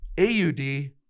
AUD